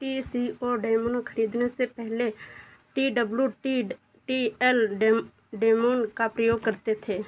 T C O daemon खरीदने से पहले T W T T L daemon का प्रयोग करते थे